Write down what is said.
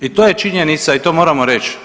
I to je činjenica i to moramo reći.